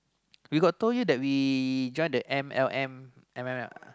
we got told you that we join the M_L_M am I right or not